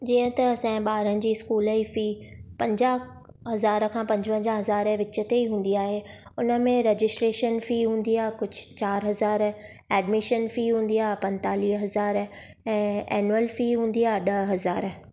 जीअं त असांजे ॿारनि जे स्कूल जी फी पंजाहु हज़ार खां पंजवंजाहु हज़ार जे विच ते ई हूंदी आहे उन में रेजिस्ट्रेशन फी हूंदी आहे कुझु चारि हज़ार एडमीशन फी हूंदी आहे पंतालीह हज़ार ऐं एनुअल फी हूंदी आहे ॾह हज़ार